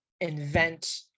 Invent